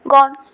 Gone